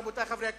רבותי חברי הכנסת,